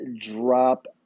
drop